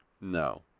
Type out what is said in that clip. No